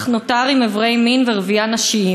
אך נותר עם אברי מין ורבייה נשיים.